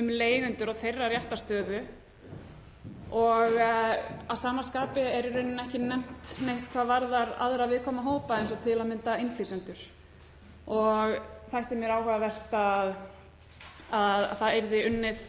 um leigjendur og þeirra réttarstöðu og að sama skapi er í rauninni ekkert nefnt um aðra viðkvæma hópa eins og til að mynda innflytjendur og þætti mér áhugavert að það yrði unnið